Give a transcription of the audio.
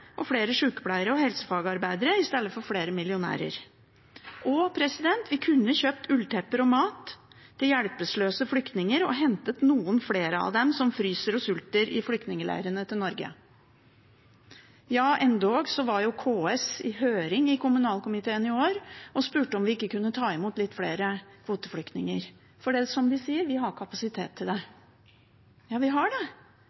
fått flere lærere, flere sykepleiere og flere helsefagarbeidere i stedet for flere millionærer. Vi kunne kjøpt ulltepper og mat til hjelpeløse flyktninger og hentet noen flere av dem som fryser og sulter i flyktningleirene, til Norge. KS var endog i høring i kommunalkomiteen i år og spurte om vi ikke kunne ta imot litt flere kvoteflyktninger, for, som de sier, vi har kapasitet til det.